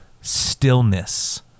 stillness